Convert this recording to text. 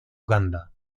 uganda